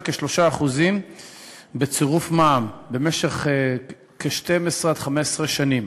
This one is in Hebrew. כ-3% בצירוף מע"מ במשך כ-12 עד 15 שנים.